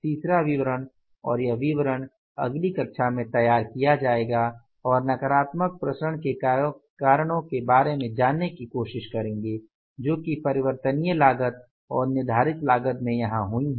तीसरा विवरण और वह विवरण अगली कक्षा में तैयार किया जाएगा और नकारात्मक विचरण के कारणों के बारे में जानने की कोशिश करेंगे जो कि परिवर्तनीय लागत और निर्धारित लागत में यहाँ हुई हैं